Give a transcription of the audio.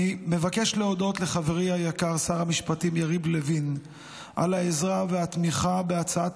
אני מבקש להודות לחברי היקר שר המשפטים יריב לוין על העזרה והתמיכה בהצעת